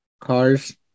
Cars